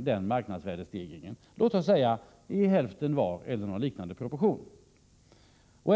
den marknadsvärdestegringen med köparen — låt oss säga med hälften var eller i några liknande proportioner.